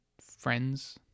friends